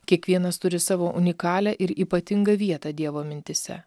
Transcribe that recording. kiekvienas turi savo unikalią ir ypatingą vietą dievo mintyse